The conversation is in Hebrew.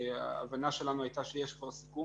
ההבנה שלנו הייתה שיש כבר סיכום,